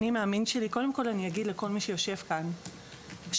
קודם כל אגיד לכל מי שיושב כאן שבתור